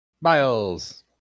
Miles